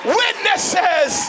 witnesses